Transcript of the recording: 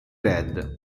red